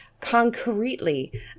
concretely